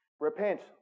Repent